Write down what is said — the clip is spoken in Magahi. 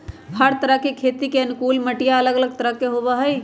हर तरह खेती के अनुकूल मटिया अलग अलग तरह के होबा हई